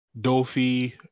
Dofi